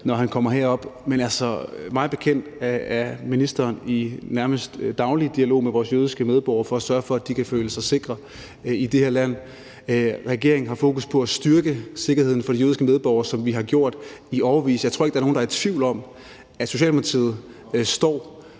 når han kommer herop. Men altså, mig bekendt er ministeren i nærmest daglig dialog med vores jødiske medborgere for sørge for, at de kan føle sig sikre i det her land. Regeringen har fokus på at styrke sikkerheden for vores jødiske medborgere, sådan som den har gjort i årevis. Jeg tror ikke, der er nogen, der er i tvivl om, at Socialdemokratiet står